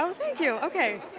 um thank you! okay,